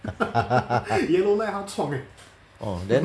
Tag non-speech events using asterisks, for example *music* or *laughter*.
*laughs* orh then